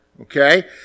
Okay